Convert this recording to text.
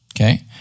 okay